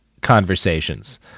Conversations